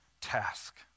task